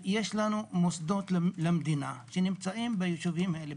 ויש לנו מוסדות למדינה שנמצאים ביישובים האלה,